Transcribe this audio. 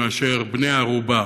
מאשר בני-ערובה,